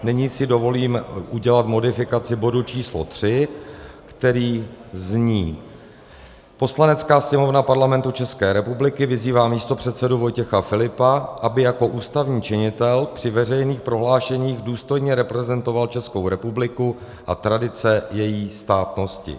Nyní si dovolím udělat modifikaci bodu číslo III, který zní: Poslanecká sněmovna Parlamentu České republiky vyzývá místopředsedu Vojtěcha Filipa, aby jako ústavní činitel při veřejných prohlášeních důstojně reprezentoval Českou republiku a tradice její státnosti.